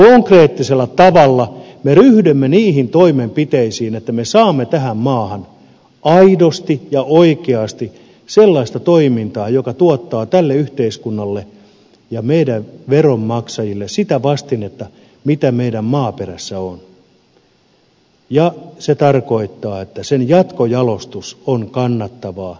konkreettisella tavalla me ryhdymme niihin toimenpiteisiin että me saamme tähän maahan aidosti ja oikeasti sellaista toimintaa joka tuottaa tälle yhteiskunnalle ja meidän veronmaksajille sitä vastinetta mitä meidän maaperässä on ja se tarkoittaa että sen jatkojalostus on kannattavaa